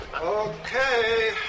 Okay